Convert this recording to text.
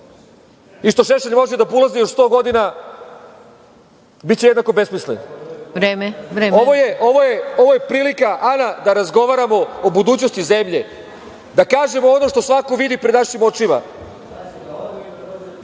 što Šešelj može da bulazni još 100 godina, biće jednako besmislen. Ovo je prilika Ana da razgovaramo o budućnosti zemlje, da kažemo ono što svako vidi pred našim očima.